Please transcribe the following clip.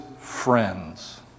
friends